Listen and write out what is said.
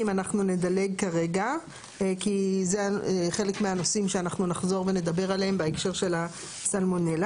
כפי שהיועצת המשפטית ציינה, אכן העברנו